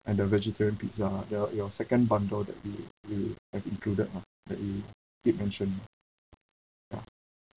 and the vegetarian pizza your your second bundle that you you have included lah that you did mention ya